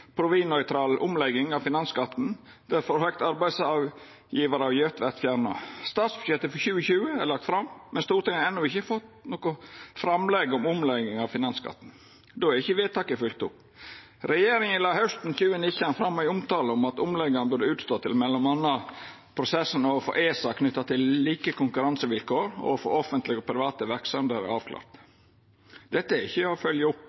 omlegging av finansskatten og der forhøgd arbeidsgjevaravgift vart fjerna. Statsbudsjettet for 2020 er lagt fram, men Stortinget har enno ikkje fått noko framlegg om omlegging av finansskatten. Då er ikkje vedtaket fylgt opp. Regjeringa la hausten 2019 fram ei omtale om at omlegginga burde utstå til m.a. prosessen overfor ESA knytt til like konkurransevilkår overfor offentlege og private verksemder er avklart. Dette er ikkje å fylgja opp